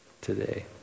today